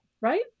right